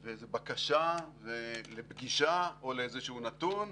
או בקשה לפגישה או לאיזשהו נתון,